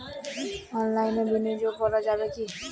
অনলাইনে বিনিয়োগ করা যাবে কি?